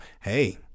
Hey